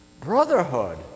brotherhood